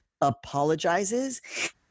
apologizes